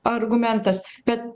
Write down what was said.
argumentas kad